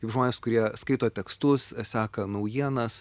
kaip žmonės kurie skaito tekstus seka naujienas